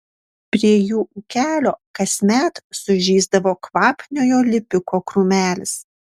prie jų ūkelio kasmet sužysdavo kvapniojo lipiko krūmelis